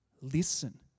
Listen